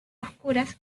oscuras